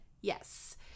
yes